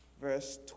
verse